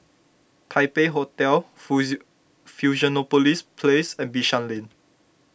Taipei Hotel Fusionopolis Place and Bishan Lane